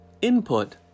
input